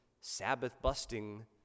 Sabbath-busting